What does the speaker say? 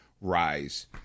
rise